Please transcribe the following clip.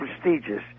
prestigious